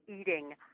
eating